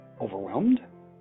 Overwhelmed